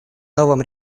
новым